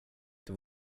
det